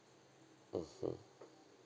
mmhmm